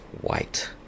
white